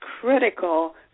critical